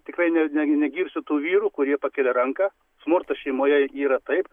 tikrai ne ne negirsiu tų vyrų kurie pakelia ranką smurtas šeimoje yra taip